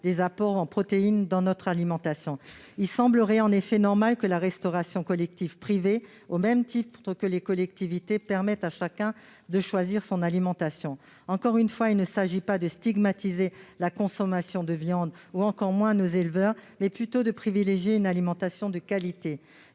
des apports en protéines dans notre alimentation. Il semble en effet normal que la restauration collective privée, au même titre que les collectivités, permette à chacun de choisir son alimentation. Encore une fois, il ne s'agit pas de stigmatiser la consommation de viande ou, encore moins, nos éleveurs, mais plutôt de privilégier une alimentation de qualité.